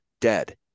dead